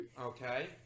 okay